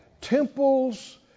temples